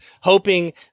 hoping